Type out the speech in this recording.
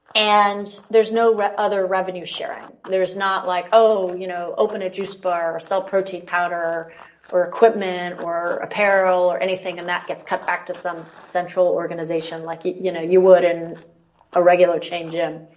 and there is no other revenue sharing. there is not like oh you know open a juice bar or sell protein powder or equipment or apparel or anything and that gets cut back to some central organization like you you know you would in a regular chain gym.